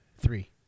Three